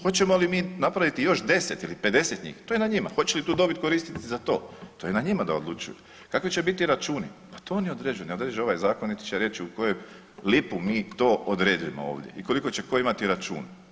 Hoćemo li mi napraviti još 10 ili 50 njih, to je na njima, hoće li tu dobit koristit za to, to je na njima da odlučuju, kakvi će biti računi, pa to oni određuju, ne određuje ovaj zakon niti će reći u koju lipu mi to odredimo ovdje i koliko će ko imati račun.